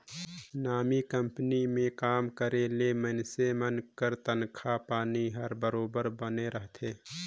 नामी कंपनी में काम करे ले मइनसे मन कर तनखा पानी हर बरोबेर बने रहथे